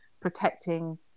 protecting